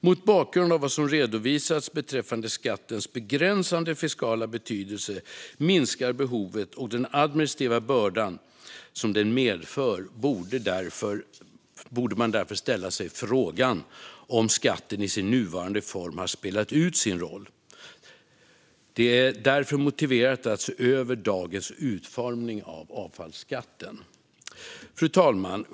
Mot bakgrund av vad som redovisats beträffande skattens begränsade fiskala betydelse, minskat behov och den administrativa bördan som den medför borde man därför ställa sig frågan om skatten i sin nuvarande form har spelat ut sin roll. Det är därför motiverat att se över dagens utformning av avfallsskatten. Fru talman!